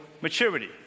maturity